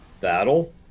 battle